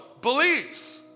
beliefs